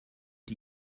die